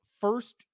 first